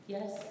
Yes